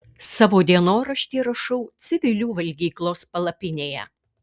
savo dienoraštį rašau civilių valgyklos palapinėje